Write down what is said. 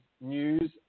news